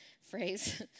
phrase